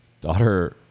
daughter